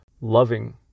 loving